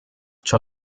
ciò